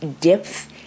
depth